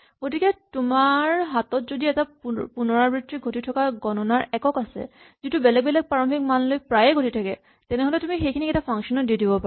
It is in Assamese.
গতিকে তোমাৰ হাতত যদি এটা পুণৰাবৃত্তি ঘটি থকা গণনাৰ একক আছে যিটো বেলেগ বেলেগ প্ৰাৰম্ভিক মান লৈ প্ৰায়ে ঘটি থাকে তেনেহ'লে তুমি সেইখিনিক এটা ফাংচন ত দি দিব পাৰা